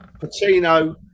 Patino